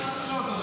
סוכות.